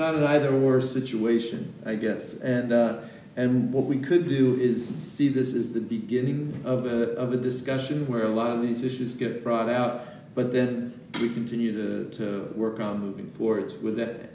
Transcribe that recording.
not an either or situation i guess and and what we could do is see this is the beginning of the discussion where a lot of these issues get brought out but then we continue to work on moving forward with that